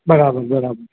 બરાબર બરાબર